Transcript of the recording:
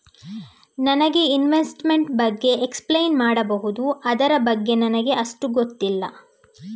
ನನಗೆ ಇನ್ವೆಸ್ಟ್ಮೆಂಟ್ ಬಗ್ಗೆ ಎಕ್ಸ್ಪ್ಲೈನ್ ಮಾಡಬಹುದು, ಅದರ ಬಗ್ಗೆ ನನಗೆ ಅಷ್ಟು ಗೊತ್ತಿಲ್ಲ?